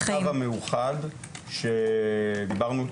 זה הצו המאוחד שדיברנו,